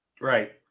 Right